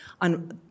on